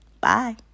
Bye